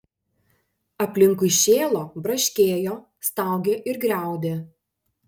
aplinkui šėlo braškėjo staugė ir griaudė